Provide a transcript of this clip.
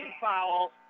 foul